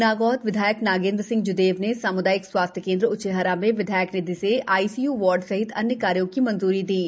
नागौद विधायक नागेन्द्र सिंह जूदेव ने सामूदायिक स्वास्थ्य केन्द्र ऊचेहरा में विधायक निधि से आई सी यू वार्ड सहित अन्य कार्यो की मंजूरी दी है